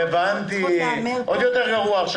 עוד יותר גרוע.